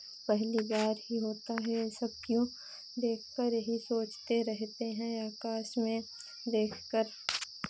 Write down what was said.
पहली बार ही होता है ये सब क्यों देखकर यही सोचते रहते हैं आकाश में देखकर